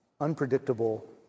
unpredictable